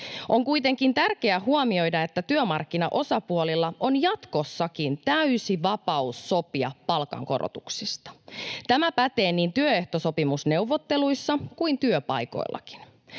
On kuitenkin tärkeä huomioida, että työmarkkinaosapuolilla on jatkossakin täysi vapaus sopia palkankorotuksista. Tämä pätee niin työehtosopimusneuvotteluissa kuin työpaikoillakin.